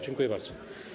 Dziękuję bardzo.